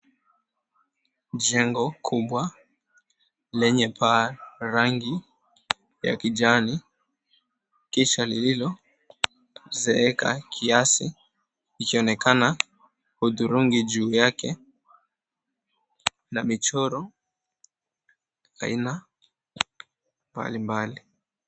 Jengo kubwa lenye paa la rangi ya kijani kisha lililozeeka kiasi ikionekana hudhurungi juu yake yamechorwa aina mbalimbali.